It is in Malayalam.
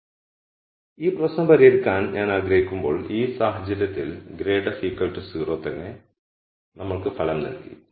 അതിനാൽ ഈ പ്രശ്നം പരിഹരിക്കാൻ ഞാൻ ആഗ്രഹിക്കുമ്പോൾ ഈ സാഹചര്യത്തിൽ ഗ്രേഡ് f 0 തന്നെ നമ്മൾക്ക് ഫലം നൽകി